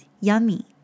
yummy